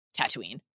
Tatooine